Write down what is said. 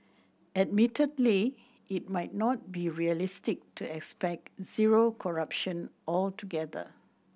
admittedly it might not be realistic to expect zero corruption altogether